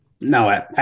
No